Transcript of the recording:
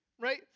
right